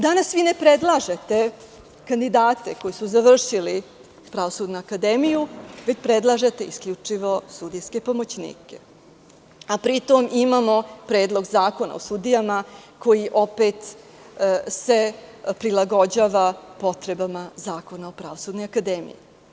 Danas vi ne predlažete kandidate koji su završili Pravosudnu akademiju, već predlažete isključivo sudijske pomoćnike, a pri tom imamo Predlog zakona o sudijama koji se opet prilagođava potrebama Zakona o Pravosudnoj akademiji.